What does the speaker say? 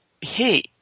Hey